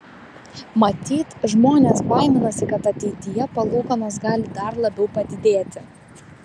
matyt žmonės baiminasi kad ateityje palūkanos gali dar labiau padidėti